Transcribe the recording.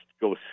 go